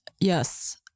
yes